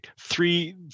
three